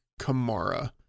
Kamara